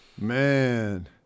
Man